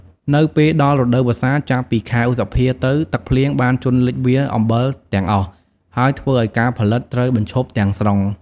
នៅពេលដល់រដូវវស្សា ចាប់ពីខែឧសភាទៅ ទឹកភ្លៀងបានជន់លិចវាលអំបិលទាំងអស់ ហើយធ្វើឲ្យការផលិតត្រូវបញ្ឈប់ទាំងស្រុង។